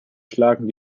schlagen